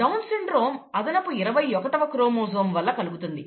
down syndrome అదనపు 21వ chromosome వల్ల కలుగుతుంది